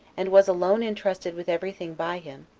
and was alone intrusted with every thing by him,